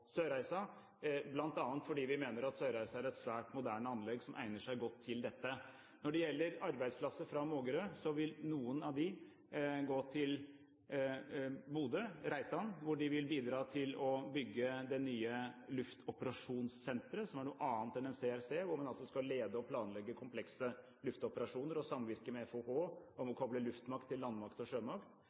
Sørreisa, bl.a. fordi vi mener at Sørreisa er et svært moderne anlegg som egner seg godt til dette. Når det gjelder arbeidsplasser fra Mågerø, vil noen av dem gå til Bodø, Reitan, hvor de vil bidra til å bygge det nye luftoperasjonssenteret, som er noe annet enn CRC, hvor man skal lede og planlegge komplekse luftoperasjoner og samvirke med FOH om å koble luftmakt til landmakt og sjømakt.